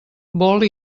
vol